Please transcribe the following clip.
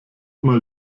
mal